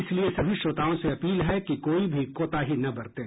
इसलिए सभी श्रोताओं से अपील है कि कोई भी कोताही न बरतें